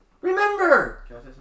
remember